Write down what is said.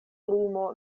lumo